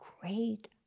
great